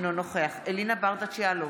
אינו נוכח אלינה ברדץ' יאלוב,